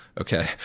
Okay